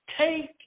Take